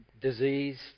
disease